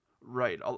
Right